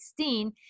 2016